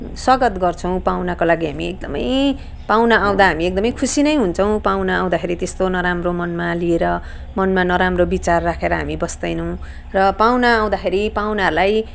स्वागत गर्छौँ पाहुनाको लागि हामी एकदम पाहुना आउँदा हामी एकदम खुसी नै हुन्छौँ पाहुना आउँदाखेरि त्यस्तो नराम्रो मनमा लिएर मनमा नराम्रो विचार राखेर हामी बस्तैनौँ पाहुना आउँदाखेरि पाहुनाहरूलाई